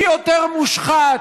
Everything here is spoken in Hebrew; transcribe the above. מי יותר מושחת,